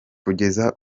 kugeza